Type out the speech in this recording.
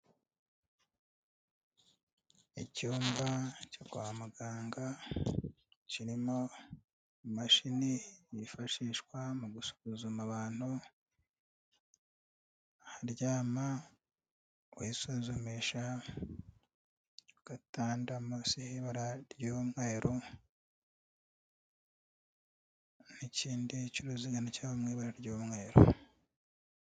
Icyumba cyo kwa muganga kirimo imashini yifashishwa mu gusuzuma abantu, aho uryama wisuzumisha kugatanda munsi y'ibara ry'umweru n'ikindi cy'uruziga cyangwa mu ibara ry'umweru.